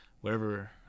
wherever